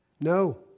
No